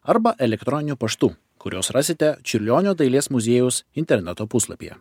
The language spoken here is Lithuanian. arba elektroniniu paštu kuriuos rasite čiurlionio dailės muziejaus interneto puslapyje